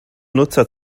nutzer